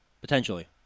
Potentially